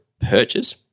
purchase